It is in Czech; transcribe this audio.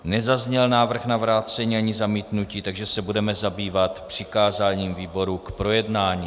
Nezazněl návrh na vrácení ani zamítnutí, takže se budeme zabývat přikázáním výborům k projednání.